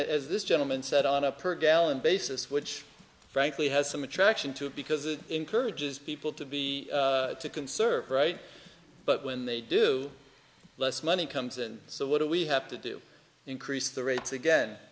as this gentleman said on a per gallon basis which frankly has some attraction to it because it encourages people to be to conserve right but when they do less money comes and so what do we have to do increase the rates again